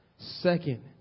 Second